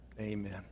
Amen